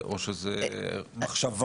או שזו מחשבה?